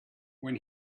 when